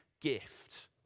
gift